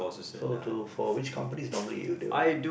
so to for which companies normally you never